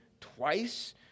twice